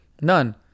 None